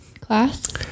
class